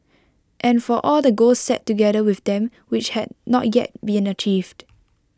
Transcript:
and for all the goals set together with them which had not yet been achieved